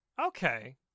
Okay